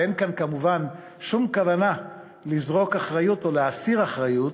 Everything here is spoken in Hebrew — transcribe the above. ואין כאן כמובן שום כוונה לזרוק אחריות או להסיר אחריות.